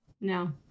No